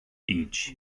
each